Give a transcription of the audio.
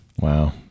Wow